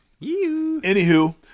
Anywho